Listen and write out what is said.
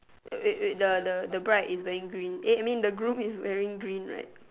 wait wait the the the bride is wearing green eh I mean the groom is wearing green right